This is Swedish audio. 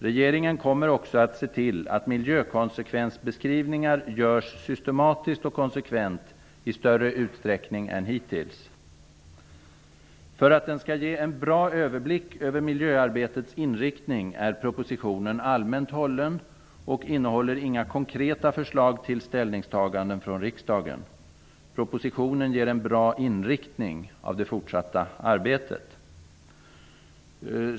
Regeringen kommer också att se till att miljökonsekvensbeskrivningar görs systematiskt och konsekvent i större utsträckning än hittills. För att den skall ge en bra överblick över miljöarbetets inriktning är propositionen allmänt hållen och innehåller inga konkreta förslag till ställningstaganden i riksdagen. Propositionen ger en bra inriktning i det fortsatta arbetet.